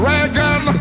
Reagan